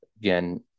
Again